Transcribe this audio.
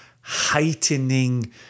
heightening